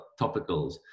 topicals